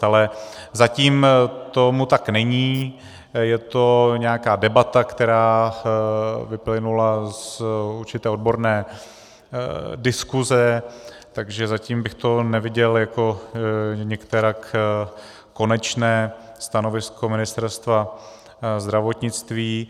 Ale zatím tomu tak není, je to nějaká debata, která vyplynula z určité odborné diskuse, takže zatím bych to neviděl jako nikterak konečné stanovisko Ministerstva zdravotnictví.